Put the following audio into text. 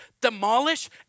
demolish